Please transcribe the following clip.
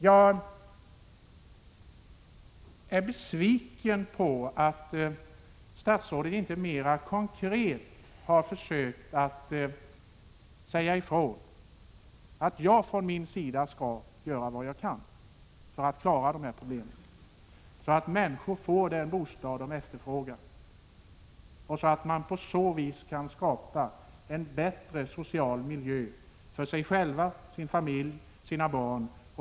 Jag är besviken över att statsrådet inte mera konkret har försökt att säga ifrån och klart uttalat att hon från sin sida skall göra vad hon kan för att lösa dessa problem, så att människor får den bostad de efterfrågar och så att de därigenom kan skapa en bättre social miljö för sig själva, sin familj och sina barn.